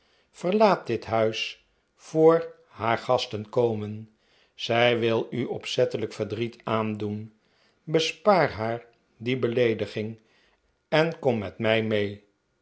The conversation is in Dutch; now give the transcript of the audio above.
verlaat dit huis voor haar gasten komen zij wil u opzettelijk verdriet aandoen bespaar haar die beleediging en kom met mij mee